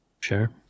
Sure